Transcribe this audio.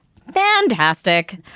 Fantastic